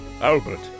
Albert